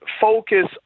focus